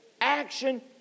Action